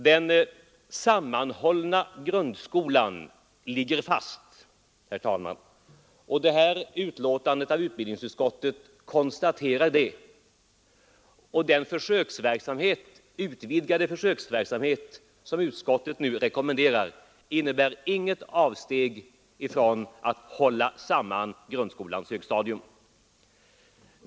Den sammanhållna grundskolan ligger fast; det konstateras i betänkandet. Den utvidgade försöksverksamhet som utskottet nu rekommenderar innebär inget avsteg från att hålla samman grundskolans högstadium.